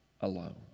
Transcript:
alone